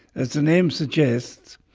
as the name suggests,